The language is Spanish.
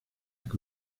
que